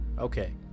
okay